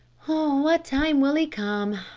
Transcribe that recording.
what time will he come?